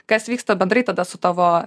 kas vyksta bendrai tada su tavo